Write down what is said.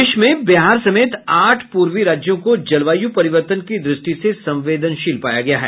देश में बिहार समेत आठ पूर्वी राज्यों को जलवायु परिवर्तन की दृष्टि से संवेदनशील पाया गया है